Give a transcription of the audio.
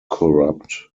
corrupt